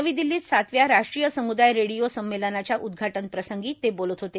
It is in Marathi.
नवी दिल्लीत सातव्या राष्ट्रीय समुदाय रेडिओ संमेलनाच्या उद्घाटन प्रसंगी ते बोलत होते